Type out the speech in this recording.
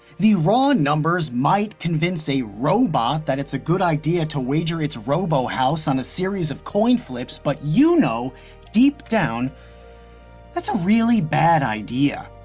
the raw numbers might convince a robot that it's a good idea to wager its robohouse on a series of coin flips, but you know deep down that's a really bad idea.